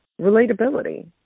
relatability